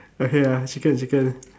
okay lah chicken chicken